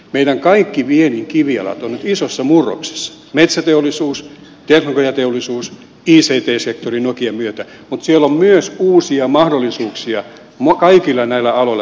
meidän kaikki viennin kivijalat ovat nyt isossa murroksessa metsäteollisuus teknologiateollisuus ict sektori nokian myötä mutta siellä on myös uusia mahdollisuuksia kaikilla näillä aloilla tulossa